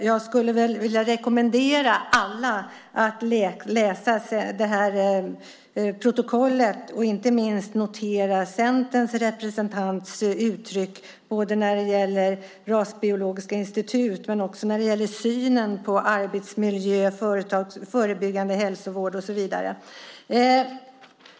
Jag skulle vilja rekommendera alla att läsa protokollet och inte minst notera Centerns representants uttryck när det gäller rasbiologiska institut och när det gäller synen på arbetsmiljö, förebyggande hälsovård och så vidare.